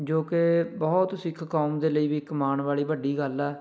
ਜੋ ਕਿ ਬਹੁਤ ਸਿੱਖ ਕੌਮ ਦੇ ਲਈ ਵੀ ਇੱਕ ਮਾਣ ਵਾਲੀ ਵੱਡੀ ਗੱਲ ਹੈ